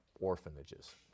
orphanages